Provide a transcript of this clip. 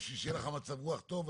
כדי שיהיה לך מצב רוח טוב,